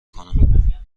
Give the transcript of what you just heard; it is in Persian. کنم